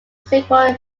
simple